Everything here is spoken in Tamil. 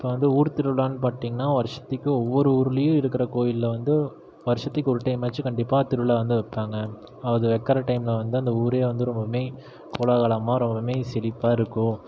இப்போ வந்து ஊர் திருவிழான்னு பார்த்திங்கன்னா வருஷத்துக்கு ஒவ்வொரு ஊர்லையும் இருக்கிற கோயிலில் வந்து வருஷத்துக்கு ஒரு டைமாச்சும் கண்டிப்பாக திருவிழா வந்து வைப்பாங்க அது வைக்கிற டைம்மில் வந்து அந்த ஊரே வந்து ரொம்பவுமே கோலாகலமாக ரொம்பவுமே செழிப்பாகருக்கும்